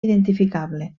identificable